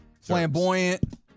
flamboyant